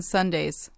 Sundays